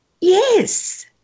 Yes